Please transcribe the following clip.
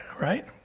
right